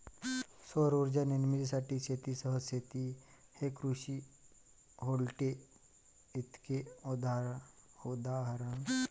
सौर उर्जा निर्मितीसाठी शेतीसह शेती हे कृषी व्होल्टेईकचे उदाहरण आहे